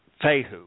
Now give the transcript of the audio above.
Fehu